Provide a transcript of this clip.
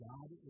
God